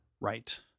Right